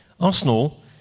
arsenal